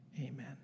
amen